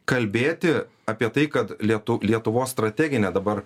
kalbėti apie tai kad lietu lietuvos strateginė dabar